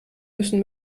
müssen